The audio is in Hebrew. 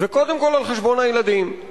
וקודם כול על חשבון הילדים,